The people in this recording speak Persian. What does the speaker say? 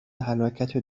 هلاکت